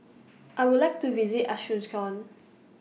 I Would like to visit Asuncion